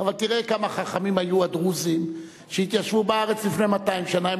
אבל תראה כמה חכמים היו הדרוזים שהתיישבו בארץ לפני 200 שנה.